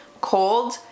Cold